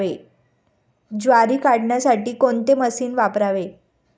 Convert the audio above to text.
ज्वारी काढण्यासाठी कोणते मशीन वापरावे?